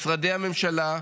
משרדי הממשלה,